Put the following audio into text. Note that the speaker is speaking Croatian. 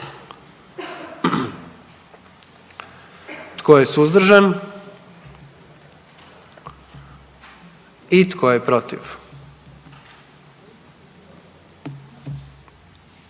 Tko je suzdržan? I tko je protiv?